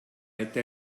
eta